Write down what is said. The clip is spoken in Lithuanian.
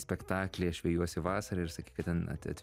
spektaklį aš vejuosi vasarą ir sakei kad